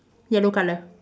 yellow colour